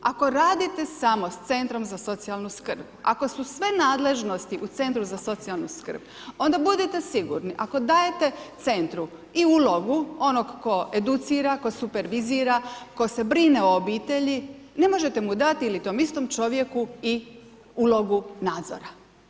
Ako radite samo s Centrom za socijalnu skrb, ako su sve nadležnosti u Centru za socijalnu skrb onda budite sigurni ako dajete Centru i ulogu onog tko educira, tko supervizira, tko se brine o obitelji, ne možete mu dati ili tom istom čovjeku i ulogu nadzora.